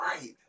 Right